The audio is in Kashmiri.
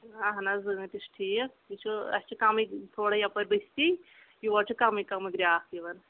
اَہن حظ ٲں تہ چھُ ٹھیک یہ چھُ اسہِ چھِ کمٕے تھوڑا یَپٲرۍ بٔستی یور چِھ کمٕےکمٕے گراکھ یِوان